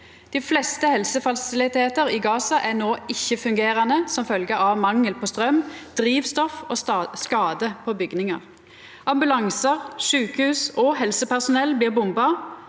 Dei fleste helsefasilitetar i Gaza er no ikkje-fungerande som følgje av mangel på straum, drivstoff og ska der på bygningar. Ambulansar, sjukehus og helsepersonell blir bomba,